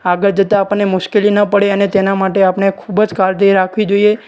આગળ જતાં આપણને મુશ્કેલી ન પડે અને તેના માટે આપણે ખૂબ જ કાળજી રાખવી જોઈએ